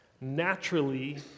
naturally